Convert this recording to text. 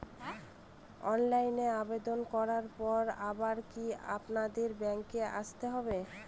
অনলাইনে আবেদন করার পরে আবার কি আপনাদের ব্যাঙ্কে আসতে হবে?